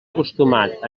acostumat